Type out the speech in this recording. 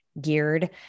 geared